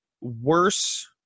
worse